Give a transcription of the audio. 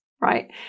right